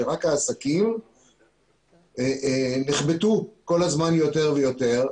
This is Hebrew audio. שרק העסקים נחבטו כל הזמן יותר ויותר,